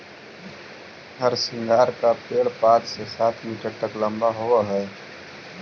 हरसिंगार का पेड़ पाँच से सात मीटर तक लंबा होवअ हई